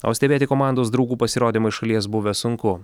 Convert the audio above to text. o stebėti komandos draugų pasirodymą šalies buvę sunku